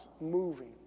moving